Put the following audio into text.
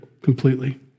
completely